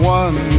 one